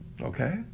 Okay